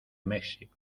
méxico